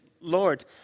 Lord